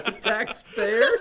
Taxpayer